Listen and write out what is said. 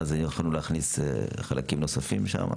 ואז יכולנו להכניס חלקים נוספים שם?